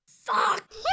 fuck